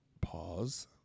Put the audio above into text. pause